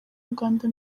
uganda